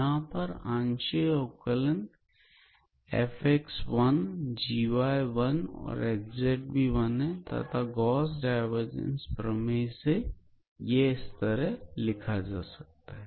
यहां पर आंशिक अवकलन 𝑓𝑥1𝑔𝑦1 ℎ𝑧1 हैं तथा गौस डायवर्जेंस प्रमेय से ∬𝑓𝑑𝑦𝑑𝑧𝑔𝑑𝑧𝑑𝑥ℎ𝑑𝑥𝑑𝑦∬𝑓𝑥𝑔𝑦ℎ𝑧𝑑𝑥𝑑𝑦𝑑𝑧 लिखा जा सकता है